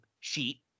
sheet